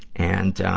and,